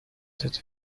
that